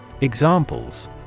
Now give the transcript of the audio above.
Examples